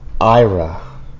IRA